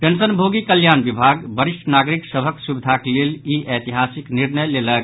पेंशनभोगी कल्याण विभाग वरिष्ठ नागरिक सभक सुविधाक लेल ई ऐतिहासिक निर्णय लेलक